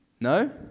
No